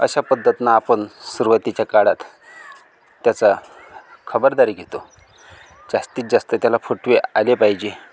अशा पद्धत ना आपण सुरुवातीच्या काळात त्याचा खबरदारी घेतो जास्तीत जास्त त्याला फुटवे आल्या पाहिजे